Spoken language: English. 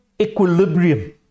equilibrium